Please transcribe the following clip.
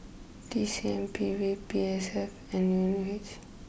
T C M P B P S F and N U H